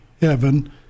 heaven